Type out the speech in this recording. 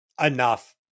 enough